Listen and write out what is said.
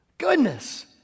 goodness